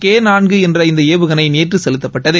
K நான்கு என்ற இந்த ஏவுகணை நேற்று செலுத்தப்பட்டது